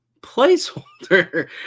Placeholder